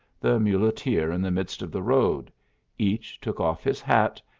the muleteer in the midst of the road each took off his hat,